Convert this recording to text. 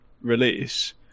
release